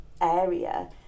area